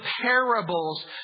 parables